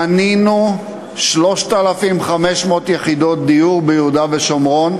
בנינו 3,500 יחידות דיור ביהודה ושומרון,